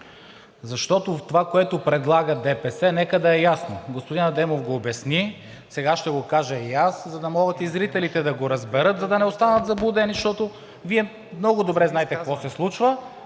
защото това, което предлага ДПС, нека да е ясно, господин Адемов го обясни. Сега ще го кажа и аз, за да могат и зрителите да го разберат, за да не останат заблудени, защото Вие много добре знаете какво се случва,